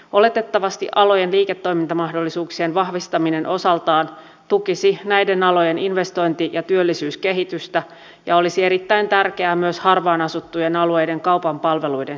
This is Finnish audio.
oletettavasti alojen liiketoimintamahdollisuuksien vahvistaminen osaltaan tukisi näiden alojen investointi ja työllisyyskehitystä ja olisi erittäin tärkeää myös harvaan asuttujen alueiden kaupan palveluiden säilymiselle